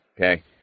Okay